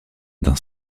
d’un